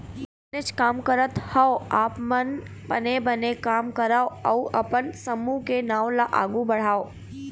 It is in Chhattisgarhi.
बनेच काम करत हँव आप मन बने बने काम करव अउ अपन समूह के नांव ल आघु बढ़ाव